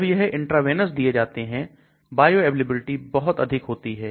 जब यह इंट्रावेनस दिए जाते हैं बायोअवेलेबिलिटी बहुत अधिक होती है